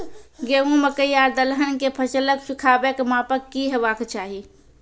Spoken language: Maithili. गेहूँ, मकई आर दलहन के फसलक सुखाबैक मापक की हेवाक चाही?